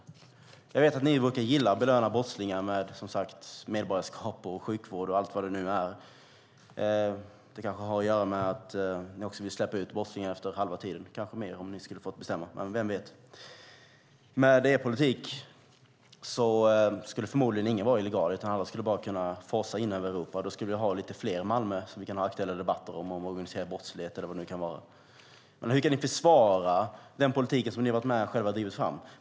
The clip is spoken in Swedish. Jag vet att ni i Vänsterpartiet brukar gilla att belöna brottslingar med medborgarskap, sjukvård och så vidare. Det kanske har att göra med att ni vill släppa ut brottslingar efter halva tiden, kanske mer om ni hade fått bestämma - vem vet. Med er politik skulle förmodligen ingen vara illegal, utan alla skulle bara forsa in över Europa. Då skulle vi ha fler Malmö som vi kan ha aktuella debatter om när det gäller organiserad brottslighet eller annat. Hur kan ni försvara den politik ni själva har drivit fram?